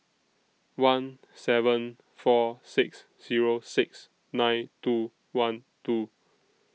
one seven four six Zero six nine two one two